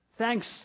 Thanks